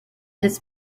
his